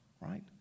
right